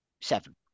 Seven